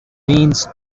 means